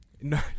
No